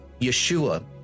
Yeshua